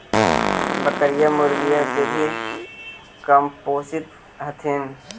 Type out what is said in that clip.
बकरीया, मुर्गीया के भी कमपोसत हखिन?